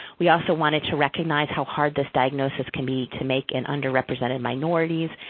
we also wanted to recognize how hard this diagnosis can be to make in underrepresented minorities,